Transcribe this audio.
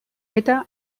eta